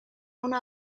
una